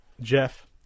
Jeff